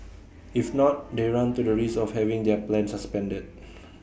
if not they run the risk of having their plan suspended